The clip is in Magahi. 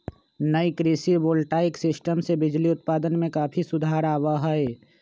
नई कृषि वोल्टाइक सीस्टम से बिजली उत्पादन में काफी सुधार आवा हई